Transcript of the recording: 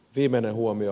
viimeinen huomio